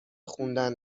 خوندن